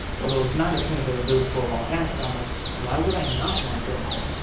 well there was nine or ten availabilities for los angeles. um like why would i not want to go home?